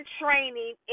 training